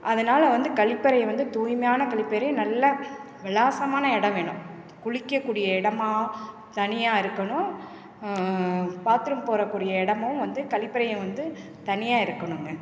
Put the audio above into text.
அதனால் வந்து கழிப்பறையை வந்து தூய்மையான கழிப்பறை நல்ல விலாசமான எடம் வேணும் குளிக்கக் கூடிய இடமா தனியாக இருக்கணும் பாத்ரூம் போகிறக் கூடிய இடமும் வந்து கழிப்பறையை வந்து தனியாக இருக்கணுங்க